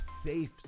safe